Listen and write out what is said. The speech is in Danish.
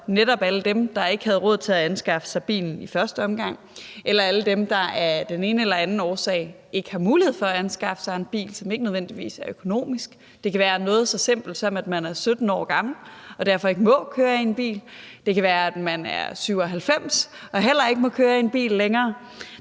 over alle dem, der ikke havde råd til at anskaffe sig bilen i første omgang, eller alle dem, der af den ene eller den anden årsag ikke har mulighed for at anskaffe sig en bil, og det behøver ikke nødvendigvis at handle om økonomi. Det kan være noget så simpelt, som at man er 17 år gammel og derfor ikke må køre bil. Det kan være, at man er 97 år og heller ikke må køre bil længere.